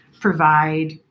provide